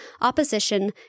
opposition